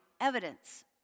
evidence